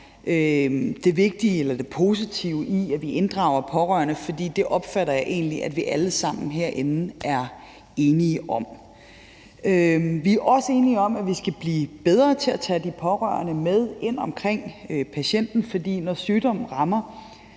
det vigtige eller det positive i, at vi inddrager pårørende, for det opfatter jeg egentlig, at vi alle sammen herinde er enige om. Vi er også enige om, at vi skal blive bedre til at tage de pårørende med ind omkring patienten, for når sygdom rammer,